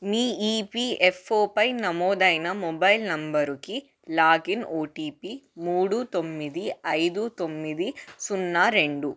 మీ ఈపిఎఫ్ఓపై నమోదైన మొబైల్ నంబరుకి లాగిన్ ఓటీపీ మూడు తొమ్మిది ఐదు తొమ్మిది సున్నా రెండు